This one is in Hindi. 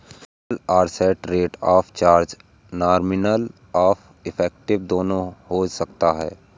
annual percent rate of charge nominal और इफेक्टिव दोनों हो सकता है